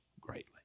greatly